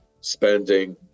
spending